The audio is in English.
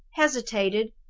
hesitated,